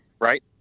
Right